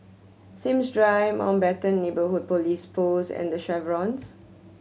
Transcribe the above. Sims Drive Mountbatten Neighbourhood Police Post and The Chevrons